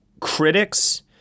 critics